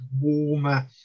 warmer